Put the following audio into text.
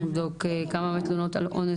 לבדוק כמה תלונות על אונס,